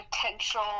potential